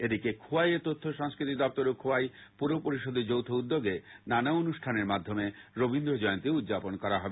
এদিকে খোয়াইয়ে তথ্য ও সংস্কৃতি দপ্তর এবং খোয়াই পুরপরিষদের যৌথ উদ্যোগে নানা অনুষ্ঠানের মাধ্যমে রবীন্দ্র জয়ন্তী উদযাপন করা হবে